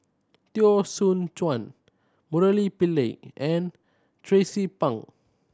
Teo Soon Chuan Murali Pillai and Tracie Pang